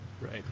Right